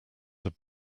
had